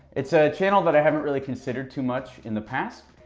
it's a channel that i haven't really considered too much in the past,